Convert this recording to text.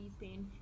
painful